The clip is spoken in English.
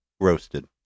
Roasted